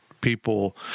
people